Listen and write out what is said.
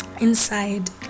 inside